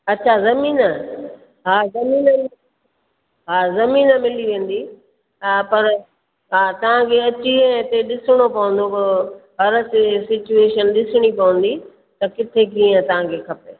अच्छा ज़मीन हा ज़मीन हा ज़मीन मिली वेंदी हा पर हा तव्हां खे अची हिते ॾिसणो पवंदो हर हंधि सिच्यूशन ॾिसणी पवंदी त किथे कीअं तव्हां खे खपे